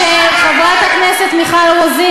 חברת הכנסת מיכל רוזין,